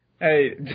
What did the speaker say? Hey